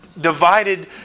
divided